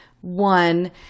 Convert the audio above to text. one